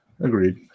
Agreed